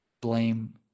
Blame